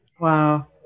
Wow